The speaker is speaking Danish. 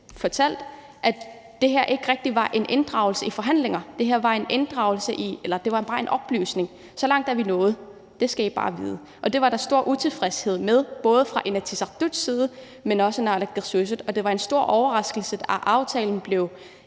fortalt, at det her ikke rigtig var en inddragelse i forhandlinger. Det her var bare en oplysning: Så langt er vi nået, det skal I bare vide. Det var der stor utilfredshed med, både fra Inatsisartuts side, men også fra naalakkersuisuts side. Det var en stor overraskelse, at aftalen blev